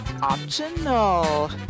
Optional